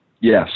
Yes